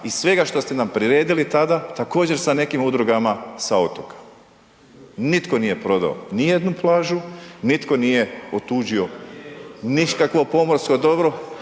i svega što ste nam priredili tada također sa nekim udrugama sa otoka. Nitko nije prodao ni jednu plažu, nitno nije otuđio nikakvo pomorsko dobro,